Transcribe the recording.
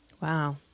Wow